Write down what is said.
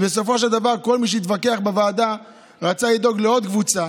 בסופו של דבר כל מי שהתווכח בוועדה רצה לדאוג לעוד קבוצה,